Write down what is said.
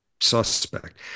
suspect